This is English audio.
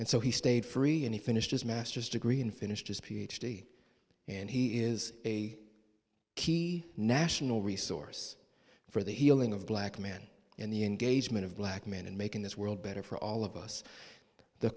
and so he stayed free and he finished his master's degree and finished his p h d and he is a key national resource for the healing of black men in the engagement of black men and making this world better for all of us the